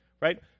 right